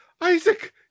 Isaac